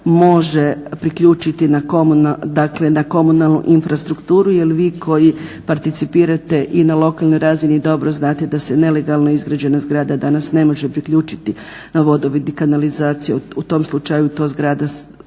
može priključiti na komunalnu infrastrukturu jer vi koji participirate i na lokalnoj razini dobro znate da se nelegalno izgrađena zgrada danas ne može priključiti na vodovod i kanalizaciju u tom slučaju ta zgrada